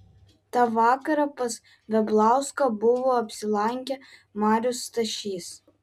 tą vakarą pas veblauską buvo apsilankę marius stašys